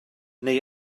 neu